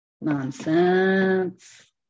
nonsense